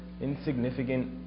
insignificant